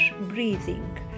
breathing